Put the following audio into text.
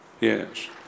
Yes